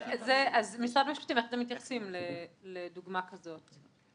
משרד המשפטים, איך אתם מתייחסים לדוגמה כזאת?